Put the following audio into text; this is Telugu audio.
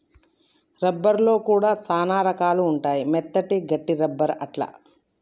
రబ్బర్ లో కూడా చానా రకాలు ఉంటాయి మెత్తటి, గట్టి రబ్బర్ అట్లా